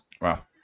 Wow